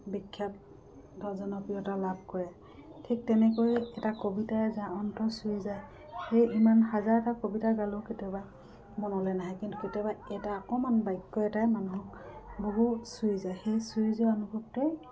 বিখ্যাত ধৰক জনপ্ৰিয়তা লাভ কৰে ঠিক তেনেকৈ এটা কবিতাই যাৰ অন্তৰ চুই যায় সেই ইমান হাজাৰটা কবিতা গালেও কেতিয়াবা মনলৈ নাহে কিন্তু কেতিয়াবা এটা অকণমান বাক্য এটাই মানুহক বহু চুই যায় সেই চুই যোৱা অনুভৱটোৱেই